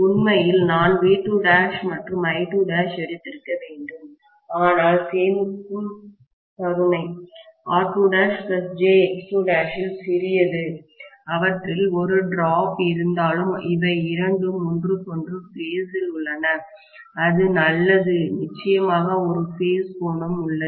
உண்மையில் நான் V2' மற்றும் I2'எடுத்திருக்க வேண்டும் ஆனால் சேமிக்கும் கருணை R2'jX2' இல் சிறியது அவற்றில் ஒரு டிராப்வீழ்ச்சி இருந்தாலும் இவை இரண்டும் ஒன்று க்கொன்று பேஸ் இல் உள்ளன அது நல்லது நிச்சயமாக ஒரு பேஸ் கோணம் உள்ளது